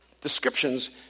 descriptions